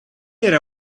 era